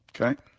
Okay